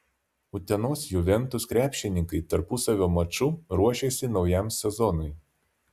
utenos juventus krepšininkai tarpusavio maču ruošiasi naujam sezonui